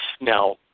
Now